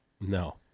No